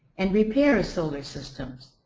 and repair solar systems.